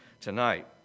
tonight